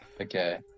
Okay